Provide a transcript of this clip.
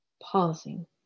Pausing